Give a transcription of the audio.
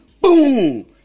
boom